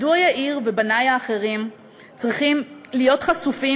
מדוע יאיר ובני האחרים צריכים להיות חשופים